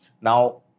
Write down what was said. Now